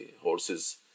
horse's